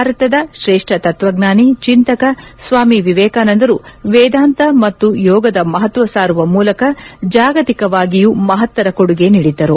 ಭಾರತದ ಶ್ರೇಷ್ಠ ತತ್ವಜ್ಞಾನಿ ಚಿಂತಕ ಸ್ವಾಮಿ ವಿವೇಕಾನಂದರು ವೇದಾಂತ ಮತ್ತು ಯೋಗದ ಮಹತ್ವ ಸಾರುವ ಮೂಲಕ ಜಾಗತಿಕವಾಗಿಯೂ ಮಹತ್ತರ ಕೊಡುಗೆ ನೀಡಿದ್ದರು